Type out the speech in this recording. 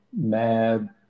mad